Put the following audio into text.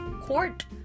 court